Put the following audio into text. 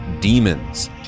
demons